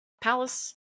palace